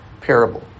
parable